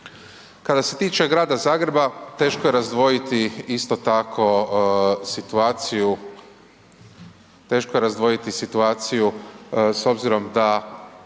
Kada se tiče grada Zagreba, teško je razdvojiti isto tako situaciju s obzirom da